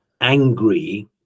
angry